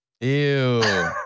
Ew